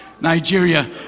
Nigeria